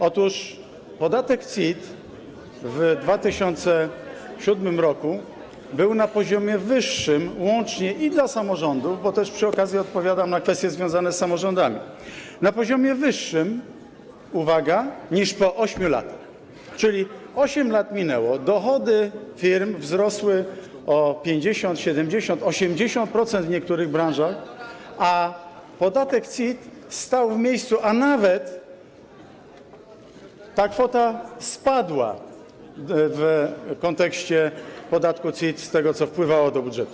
Otóż podatek CIT w 2007 r. był na poziomie wyższym, łącznie i dla samorządów - bo też przy okazji odpowiadam na kwestie związane z samorządami - uwaga, niż po 8 latach, czyli 8 lat minęło, dochody firm wzrosły o 50%, 70%, 80% w niektórych branżach, a podatek CIT stał w miejscu, a nawet ta kwota spadła w kontekście podatku CIT, z tego, co wpływało do budżetu.